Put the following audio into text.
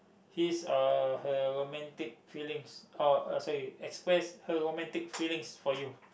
his uh her romantic feelings or a uh sorry express her romantic feelings for you